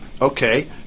Okay